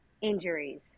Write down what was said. injuries